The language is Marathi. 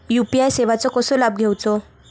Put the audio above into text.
यू.पी.आय सेवाचो कसो लाभ घेवचो?